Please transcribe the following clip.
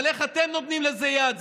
אבל איך אתם נותנים לזה יד?